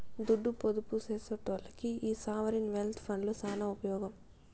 దుడ్డు పొదుపు సేసెటోల్లకి ఈ సావరీన్ వెల్త్ ఫండ్లు సాన ఉపమోగం